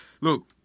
Look